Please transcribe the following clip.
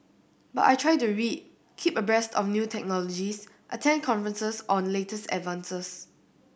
but I try to read keep abreast of new technologies attend conferences on the latest advances